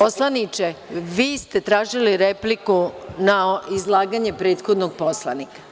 Poslaniče, vi ste tražili repliku na izlaganje prethodnog poslanika.